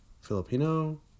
Filipino